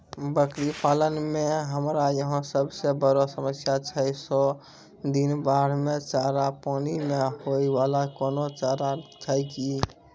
बकरी पालन मे हमरा यहाँ सब से बड़ो समस्या छै सौ दिन बाढ़ मे चारा, पानी मे होय वाला कोनो चारा छै कि?